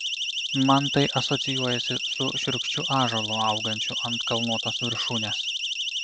man tai asocijuojasi su šiurkščiu ąžuolu augančiu ant kalnuotos viršūnės